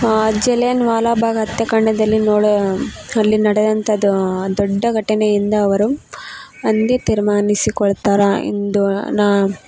ಜಲಿಯನ್ ವಾಲಾಬಾಗ್ ಹತ್ಯಕಾಂಡದಲ್ಲಿ ನೋಳೋ ಅಲ್ಲಿ ನಡೆದಂತದ್ದು ದೊಡ್ಡ ಘಟನೆಯಿಂದ ಅವರು ಅಂದೇ ತೀರ್ಮಾನಿಸಿಕೊಳ್ತಾರಾ ಇಂದು ನಾ